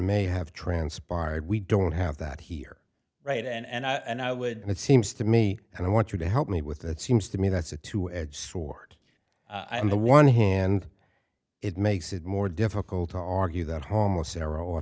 may have transpired we don't have that here right and i and i would and it seems to me and i want you to help me with that seems to me that's a two edged sword i'm the one hand it makes it more difficult to argue that hom